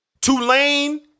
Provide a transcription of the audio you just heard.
Tulane